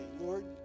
Lord